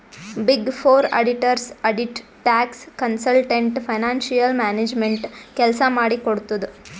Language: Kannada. big four auditors audit, tax, consultant, financial management ಕೆಲ್ಸ ಮಾಡಿ ಕೊಡ್ತುದ್